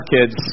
kids